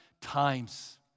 times